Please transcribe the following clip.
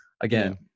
Again